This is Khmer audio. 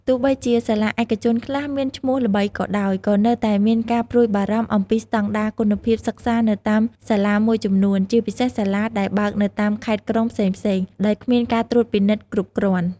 ទោះបីជាសាលាឯកជនខ្លះមានឈ្មោះល្បីក៏ដោយ ក៏នៅតែមានការព្រួយបារម្ភអំពីស្តង់ដារគុណភាពសិក្សានៅតាមសាលាមួយចំនួន ជាពិសេសសាលាដែលបើកនៅតាមខេត្តក្រុងផ្សេងៗ ដោយគ្មានការត្រួតពិនិត្យគ្រប់គ្រាន់។